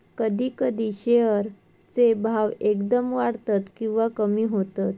कधी कधी शेअर चे भाव एकदम वाढतत किंवा कमी होतत